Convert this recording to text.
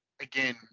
again